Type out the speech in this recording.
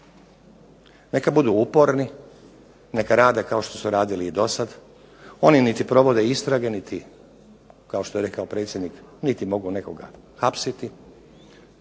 Neka budu uporni, neka rade kao što su radili i do sad. Oni niti provode istrage niti, kao što je rekao predsjednik, niti mogu nekoga hapsiti,